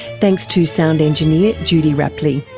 thanks to sound engineer judy rapley.